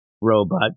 robot